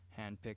handpicked